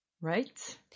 Right